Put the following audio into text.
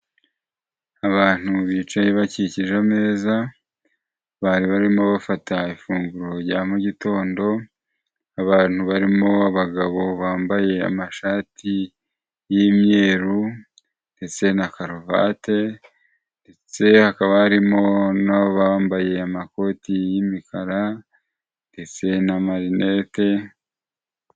Abantu bicaye bakikije ameza, bari barimo bafata ifunguro rya mu gitondo, abantu barimo abagabo bambaye amashati y'imyeru ndetse na karuvati ndetse hakaba harimo n'abambaye amakoti y'imikara ndetse n'amarinete.